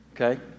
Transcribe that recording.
Okay